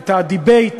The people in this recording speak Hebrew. את הדיבייט,